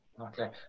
Okay